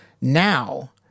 Now